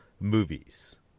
movies